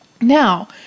Now